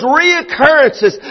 reoccurrences